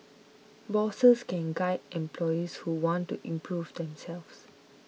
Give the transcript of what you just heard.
bosses can guide employees who want to improve themselves